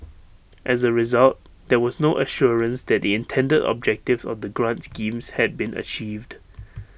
as A result there was no assurance that the intended objectives of the grant schemes had been achieved